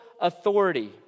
authority